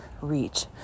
reach